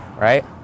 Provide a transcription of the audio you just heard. right